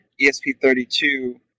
ESP32